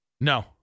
No